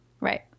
Right